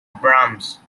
brahms